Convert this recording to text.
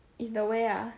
is the way ah